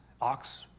ox